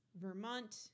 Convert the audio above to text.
Vermont